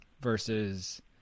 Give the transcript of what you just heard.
versus